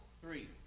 three